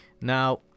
Now